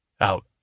out